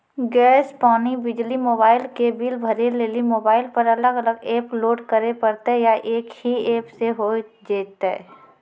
Gas, पानी, बिजली, mobile के बिल भरे लेली मोबाइल पर अलग अलग एप्प लोड करे परतै या एक ही एप्प से होय जेतै?